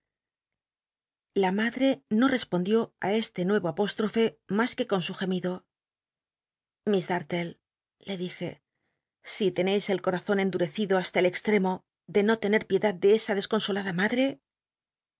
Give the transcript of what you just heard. la madt'c no re pondió este nue o apóshofc mas que con su gemido liss darlle le dije si tcneis el corazon endurecido hasta el cxlemo de no tener piedad de c a desconsolada madre